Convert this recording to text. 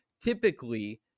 typically